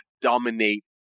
dominate